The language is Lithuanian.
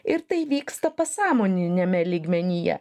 ir tai vyksta pasąmoniniame lygmenyje